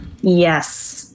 Yes